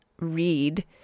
read